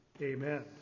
Amen